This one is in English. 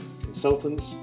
consultants